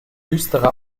düstere